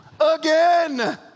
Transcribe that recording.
Again